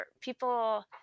people